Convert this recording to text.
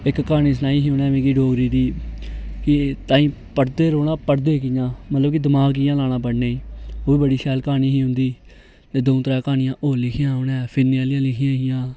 इक क्हानी सनाई ही उनें मिगी डोगरी दी कि तांई पढ़दे रौहना पढ़दे रौहना मतलब कि पढ़दे कियां दिमाग कियां लाना पढ़ने गी ओह बी बड़ी शैल क्हानी ही उंदी ते दौ त्रै क्हानियां और लिखियां उनें फिरने आहली लिखियां हियां